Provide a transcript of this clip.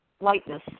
lightness